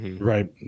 Right